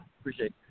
Appreciate